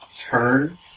turn